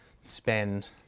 spend